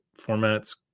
formats